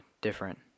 different